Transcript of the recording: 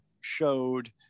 showed